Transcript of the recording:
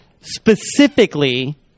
specifically